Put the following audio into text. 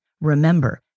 Remember